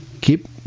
Keep